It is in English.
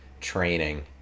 training